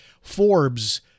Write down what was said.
Forbes